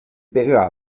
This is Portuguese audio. pegá